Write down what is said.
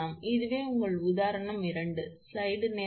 எனவே இது உங்கள் உதாரணம் 2